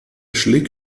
schlick